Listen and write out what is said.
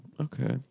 Okay